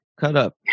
cut-up